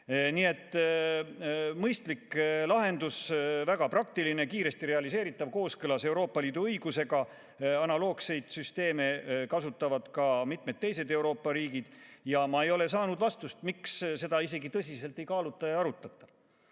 Nii et mõistlik lahendus, väga praktiline, kiiresti realiseeritav, kooskõlas Euroopa Liidu õigusega. Analoogseid süsteeme kasutavad mitmed teised Euroopa riigid. Ma ei ole saanud vastust, miks seda isegi tõsiselt ei kaaluta ega arutata.